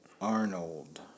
Arnold